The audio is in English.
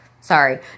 sorry